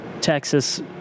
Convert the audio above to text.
Texas